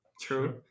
True